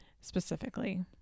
specifically